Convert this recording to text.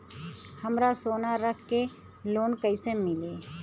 हमरा सोना रख के लोन कईसे मिली?